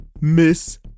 miss